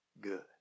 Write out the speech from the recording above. good